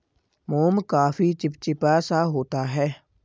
मोम काफी चिपचिपा सा होता है